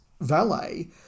valet